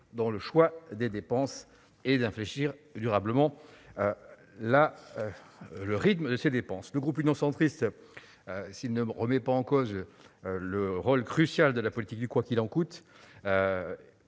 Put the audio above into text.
dans le choix des dépenses » et d'« infléchir durablement le rythme de la dépense ». Le groupe Union Centriste, s'il ne me remet pas en cause le rôle crucial de la politique du « quoi qu'il en coûte